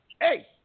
hey